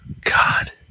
God